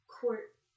court